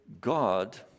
God